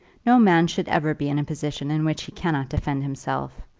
no man should ever be in a position in which he cannot defend himself.